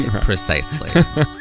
Precisely